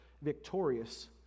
victorious